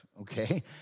okay